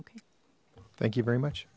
okay thank you very much